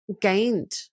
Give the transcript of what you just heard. gained